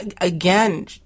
again